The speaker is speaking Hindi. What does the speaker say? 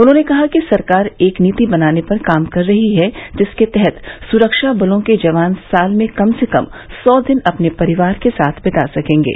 उन्होंने कहा कि सरकार एक नीति बनाने पर काम कर रही है जिसके तहत सुरक्षा बलों के जवान साल में कम से कम सौ दिन अपने परिवार के साथ बिता सकेंगे